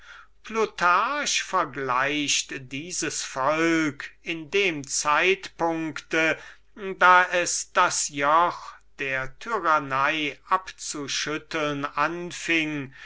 plutarch vergleicht dieses volk in dem zeitpunkt da es das joch der tyrannie abzuschütteln anfing